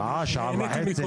בשעה, שעה וחצי.